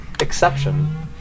exception